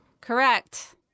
Correct